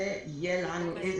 יהיה לנו עיכובים.